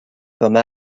comme